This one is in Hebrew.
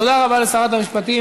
תודה רבה לשרת המשפטים.